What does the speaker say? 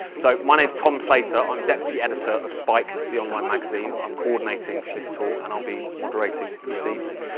so my name's tom slater. i'm deputy editor of spiked, the online magazine. i'm coordinating this tour, and i'll be moderating this evening.